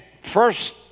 first